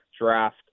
draft